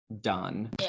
done